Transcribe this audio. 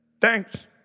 thanks